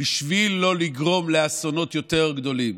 בשביל לא לגרום לאסונות יותר גדולים.